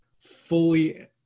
fully